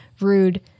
rude